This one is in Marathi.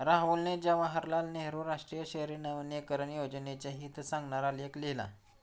राहुलने जवाहरलाल नेहरू राष्ट्रीय शहरी नवीकरण योजनेचे हित सांगणारा लेख लिहिला